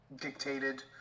dictated